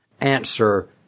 answer